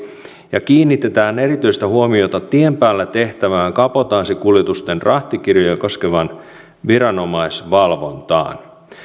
ja kiinnitetään erityistä huomiota tien päällä tehtävään kabotaasikuljetusten rahtikirjoja koskevaan viranomaisvalvontaan